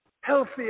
healthy